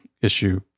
issue